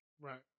right